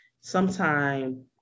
sometime